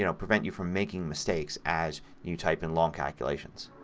you know prevent you from making mistakes as you type in long calculations.